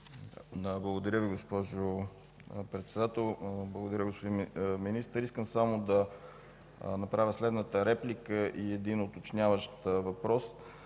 Благодаря Ви, госпожо Председател. Благодаря, господин Министър. Искам да направя следната реплика и един уточняващ въпрос.